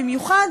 ובמיוחד,